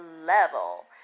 level